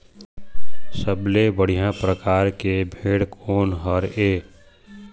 सबले बढ़िया परकार के भेड़ कोन हर ये?